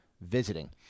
visiting